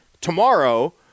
tomorrow